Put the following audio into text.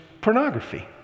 pornography